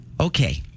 Okay